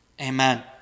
Amen